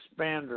expander